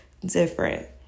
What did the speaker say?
different